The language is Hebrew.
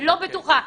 לא בטוחה.